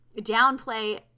downplay